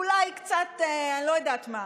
אולי קצת אני לא יודעת מה,